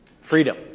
Freedom